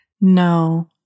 No